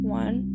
one